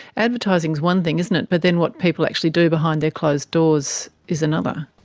advertising is one thing, isn't it? but then what people actually do behind their closed doors is another.